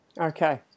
Okay